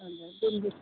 अचार गुन्द्रुकको